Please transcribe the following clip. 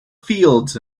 fields